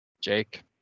jake